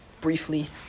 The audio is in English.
briefly